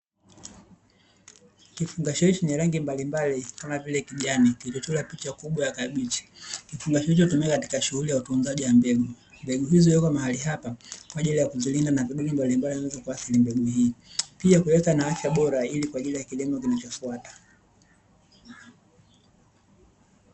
Kifungashio chenye rangi mbalimbali kama vile kijani kilichochorwa picha kubwa ya kabichi, kifungashio hicho hutumika katika shughuli ya utunzaji wa mbegu. Mbegu hizo huwekwa mahali hapa kwa ajili ya kuzilinda na wadudu mbalimbali wanaoweza kuathiri mbegu hii, pia kuweka na afya bora kwa ajili ya kilimo kinachofuata.